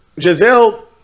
Giselle